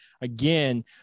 again